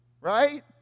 right